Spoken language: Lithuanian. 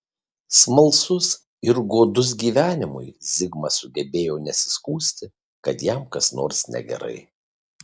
smalsus ir godus gyvenimui zigmas sugebėjo nesiskųsti kad jam kas nors negerai